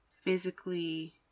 physically